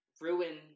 ruin